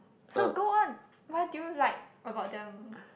so go on what do you like about them